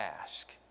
ask